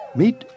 meet